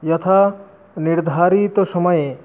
यथा निर्धारितसमये